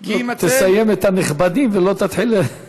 תסיים את הנכבדים ולא תתחיל.